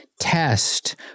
test